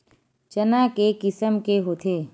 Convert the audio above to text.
चना के किसम के होथे?